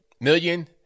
million